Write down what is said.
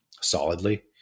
solidly